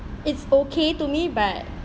it's okay to me but